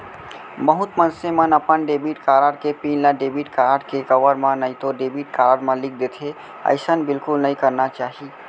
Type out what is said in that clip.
बहुत मनसे मन अपन डेबिट कारड के पिन ल डेबिट कारड के कवर म नइतो डेबिट कारड म लिख देथे, अइसन बिल्कुल नइ करना चाही